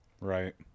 Right